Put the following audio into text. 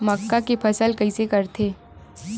मक्का के फसल कइसे करथे?